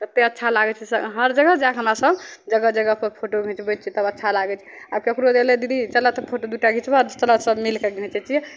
कतेक अच्छा लागै छै से हर जगह जा कऽ हमरा सभ जगह जगहपर फोटो घिँचबै छियै तब अच्छा लागै आ ककरो अयलै दीदी चलह तऽ फोटो दू टा घिचबह चलह सभ मिलि कऽ घिचैत छियै